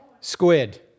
squid